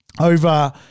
over